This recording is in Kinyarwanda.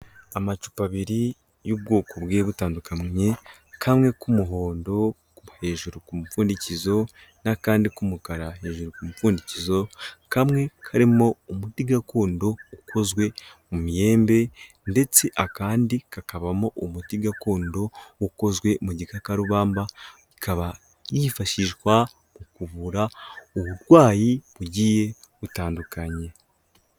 Amacupa abiri y'ubwoko bwe butandukanye kamwe k'umuhondo hejuru ku mupfundikizo n'akandi k'umukara hejuru ku mupfundikizo kamwe karimo umuti gakondo ukozwe mu myembe ndetse akandi kakabamo umuti gakondo ukozwe mu gikakarubamba, ikaba yifashishwa mu kuvura uburwayi bugiye butandukanye.